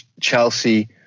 Chelsea